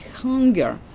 hunger